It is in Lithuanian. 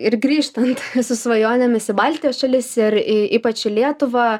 ir grįžtant su svajonėmis į baltijos šalis ir į ypač į lietuvą